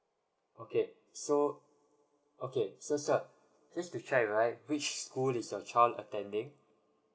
okay so okay so sir please to check right which school is your child attending